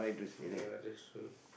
ya that's true